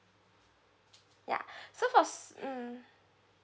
ya so for mm